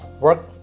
work